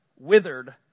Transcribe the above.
withered